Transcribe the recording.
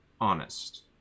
honest